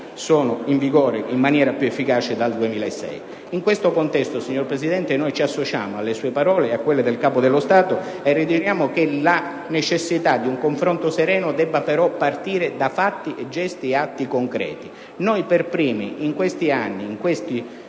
sono in vigore in maniera efficace dal 2006. In questo contesto, signor Presidente, ci associamo alle sue parole e a quelle del Capo dello Stato, convinti però che la necessità di un confronto sereno debba partire da fatti, gesti e atti concreti. Noi per primi in questi anni, in questa